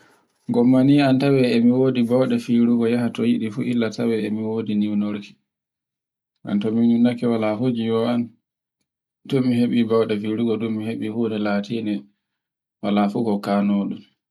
gomma ni e mi wodi bawɗe firugi yaha to yiɗi fu ittala e mo yiɗi e mi wodi ninourki. Ton mi heb bawɗe firugo fu dun me hebi funa latinde wala fugo kanode.